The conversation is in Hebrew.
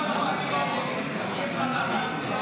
1296 לא נתקבלה.